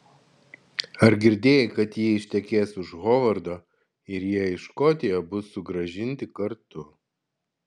ar girdėjai kad ji ištekės už hovardo ir jie į škotiją bus sugrąžinti kartu